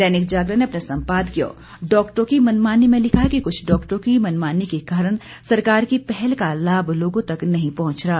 दैनिक जागरण ने अपने संपादकीय डॉक्टरों की मनमानी में लिखा है कि कुछ डॉक्टरों की मनमानी के कारण सरकार की पहल का लाभ लोगों तक नहीं पहुंच रहा